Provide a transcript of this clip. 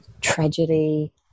tragedy